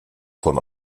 von